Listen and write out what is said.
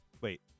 Wait